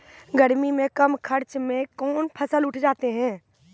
गर्मी मे कम खर्च मे कौन फसल उठ जाते हैं?